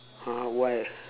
!huh! why